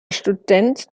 student